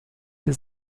ist